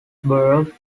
borough